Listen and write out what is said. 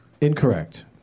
Incorrect